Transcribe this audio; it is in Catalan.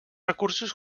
recursos